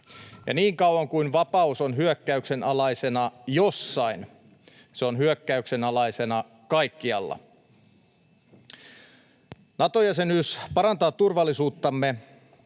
Ja niin kauan kun vapaus on hyökkäyksen alaisena jossain, se on hyökkäyksen alaisena kaikkialla. Nato-jäsenyys parantaa turvallisuuttamme